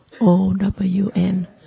O-W-N